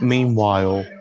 Meanwhile